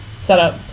setup